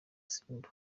simba